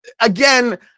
again